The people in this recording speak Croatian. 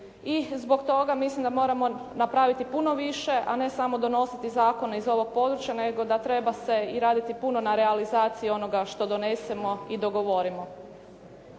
i zbog toga mislim da moramo napraviti puno više, a ne samo donositi zakone iz ovog područja nego da treba se i raditi puno na realizaciji onoga što donesemo i dogovorimo.